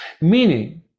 meaning